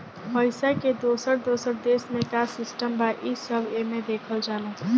पइसा के दोसर दोसर देश मे का सिस्टम बा, ई सब एमे देखल जाला